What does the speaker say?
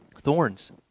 Thorns